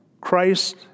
Christ